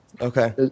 Okay